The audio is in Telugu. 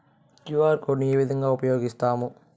క్యు.ఆర్ కోడ్ ను ఏ విధంగా ఉపయగిస్తాము?